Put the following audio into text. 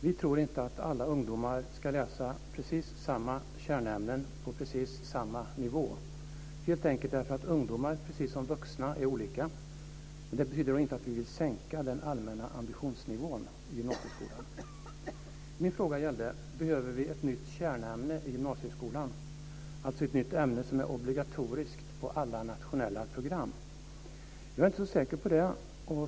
Vi tror inte att alla ungdomar ska läsa precis samma kärnämnen på precis samma nivå - helt enkelt därför att ungdomar, precis som vuxna, är olika. Det betyder dock inte att vi vill sänka den allmänna ambitionsnivån i gymnasieskolan. Min fråga gällde: Behöver vi ett nytt kärnämne i gymnasieskolan, dvs. ett nytt ämne som är obligatoriskt på alla nationella program? Jag är inte så säker på det.